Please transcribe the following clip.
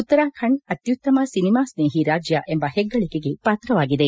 ಉತ್ತರಾಖಂಡ್ ಅತ್ತುತ್ತಮ ಸಿನಿಮಾ ಸ್ನೇಹಿ ರಾಜ್ಯ ಎಂಬ ಹೆಗ್ಗಳಿಕೆಗೆ ಪಾತ್ರವಾಗಿದೆ